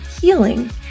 healing